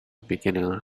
beginner